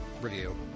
review